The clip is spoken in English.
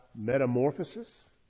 metamorphosis